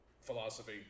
philosophy